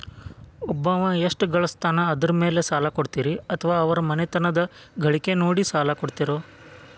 ಒಬ್ಬವ ಎಷ್ಟ ಗಳಿಸ್ತಾನ ಅದರ ಮೇಲೆ ಸಾಲ ಕೊಡ್ತೇರಿ ಅಥವಾ ಅವರ ಮನಿತನದ ಗಳಿಕಿ ನೋಡಿ ಸಾಲ ಕೊಡ್ತಿರೋ?